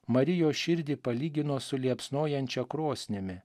marijos širdį palygino su liepsnojančia krosnimi